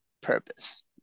purpose